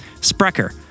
Sprecher